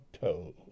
toe